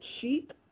cheap